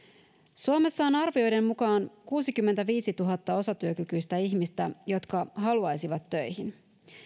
suomessa on arvioiden mukaan kuusikymmentäviisituhatta osatyökykyistä ihmistä jotka haluaisivat töihin